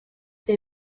they